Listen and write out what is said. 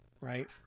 right